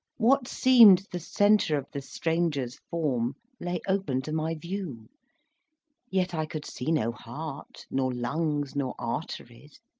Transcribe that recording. what seemed the centre of the stranger's form lay open to my view yet i could see no heart, nor lungs, nor arteries,